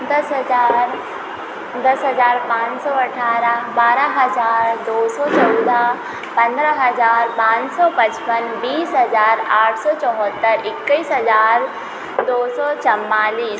दस हज़ार दस हज़ार पाँच सौ अट्ठारह बारह हज़ार दो सौ चौदह पन्द्रह हज़ार पाँच सौ पचपन बीस हज़ार आठ सौ चौहत्तर इक्कीस हज़ार दो सौ चवालीस